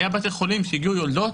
היו בתי חולים שהגיעו אליהן יולדות,